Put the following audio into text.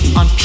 on